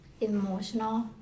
emotional